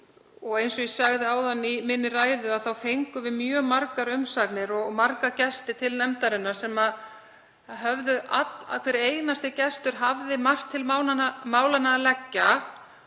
Eins og ég sagði áðan í ræðu fengum við mjög margar umsagnir og marga gesti til nefndarinnar og hver einasti gestur hafði margt til málanna leggja